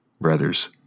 Brothers